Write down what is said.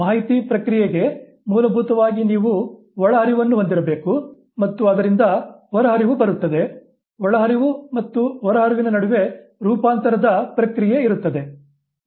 ಮಾಹಿತಿ ಪ್ರಕ್ರಿಯೆಗೆ ಮೂಲಭೂತವಾಗಿ ನೀವು ಒಳಹರಿವನ್ನು ಹೊಂದಿರಬೇಕು ಮತ್ತು ಅದರಿಂದ ಹೊರಹರಿವು ಬರುತ್ತದೆ ಒಳಹರಿವು ಮತ್ತು ಹೊರಹರಿವಿನ ನಡುವೆ ರೂಪಾಂತರದ ಪ್ರಕ್ರಿಯೆ ಇರುತ್ತದೆ